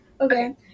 okay